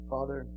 Father